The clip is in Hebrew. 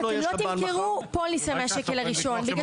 אתם לא תמכרו פוליסה מהשקל הראשון בגלל